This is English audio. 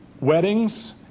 weddings